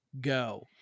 Go